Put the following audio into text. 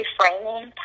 reframing